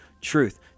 truth